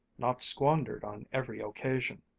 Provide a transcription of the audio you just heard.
not squandered on every occasion.